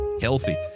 Healthy